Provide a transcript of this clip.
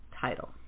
title